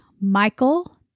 Michael